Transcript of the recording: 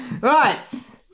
right